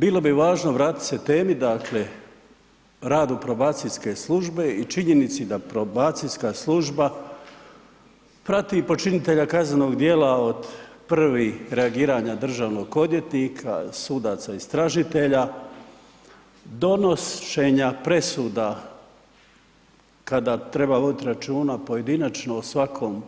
Bilo bi važno vratit se temi, dakle radu probacijske službe i činjenici da probacijska služba prati počinitelja kaznenog djela od prvih reagiranja državnog odvjetnika, sudaca istražitelja, donošenja presuda kada treba vodit računa pojedinačno o svakom